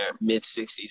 mid-60s